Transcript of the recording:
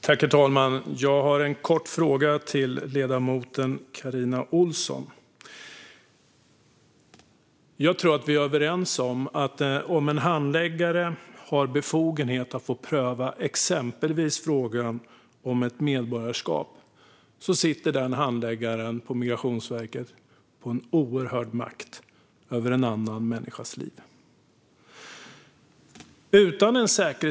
Herr talman! Jag har en kort fråga till ledamoten Carina Ohlsson. Jag tror att vi är överens om att handläggare på Migrationsverket som har befogenhet att pröva exempelvis frågor om medborgarskap sitter på en oerhörd makt över andra människors liv.